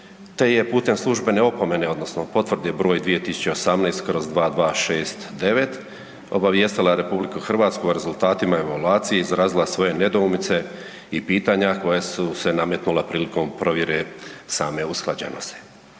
te je putem službene opomene, odnosno Potvrde broj 2018/2269 obavijestila RH o rezultatima evaluacije i izrazila svoje nedoumice i pitanja koja su se nametnula prilikom provjere same usklađenosti.